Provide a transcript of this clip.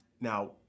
Now